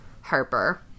Harper